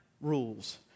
rules